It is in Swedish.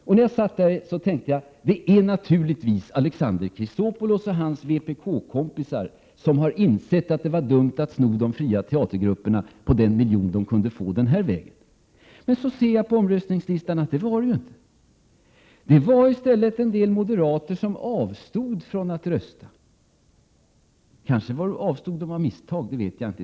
Då satt jag här och tänkte att det naturligtvis är Alexander Chrisopoulos och hans vpk-kompisar som har insett att det var dumt att så att säga sno de fria teatergrupperna på den miljon de kunde få den här vägen. Men jag ser på omröstningslistan att det inte var på det sättet. Det var i stället en del moderater som avstod från att rösta. Kanske avstod de av misstag, det vet jag inte.